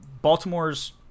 Baltimore's